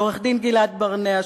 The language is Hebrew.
לעורך-דין גלעד ברנע,